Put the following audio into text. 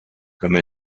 comme